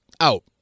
out